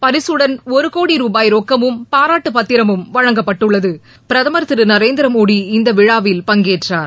பரிசுடன் ஒரு கோடி ருபாய் ரொக்கமும் பாராட்டுபத்திரமும் வழங்கப்பட்டது பிரதமர் திரு நரேந்திரமோடி இந்த விழாவில் பங்கேற்றார்